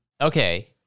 okay